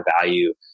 value